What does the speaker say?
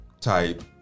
type